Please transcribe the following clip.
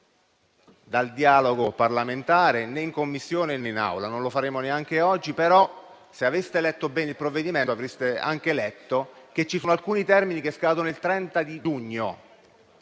al dialogo parlamentare, né in Commissione, né in Aula, e non lo faremo neanche oggi. Se però aveste letto bene il provvedimento, avreste anche letto che ci sono alcuni termini che scadono il 30 giugno